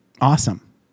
Awesome